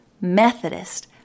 Methodist